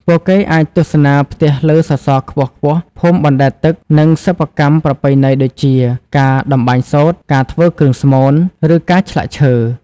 ពួកគេអាចទស្សនាផ្ទះលើសសរខ្ពស់ៗ ភូមិបណ្តែតទឹក និងសិប្បកម្មប្រពៃណីដូចជា ការតម្បាញសូត្រ ការធ្វើគ្រឿងស្មូន ឬការឆ្លាក់ឈើ។